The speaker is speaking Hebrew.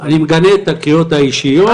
אז --- אני מגנה את הקריאות האישיות,